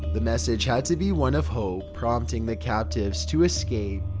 the message had to be one of hope, prompting the captives to escape.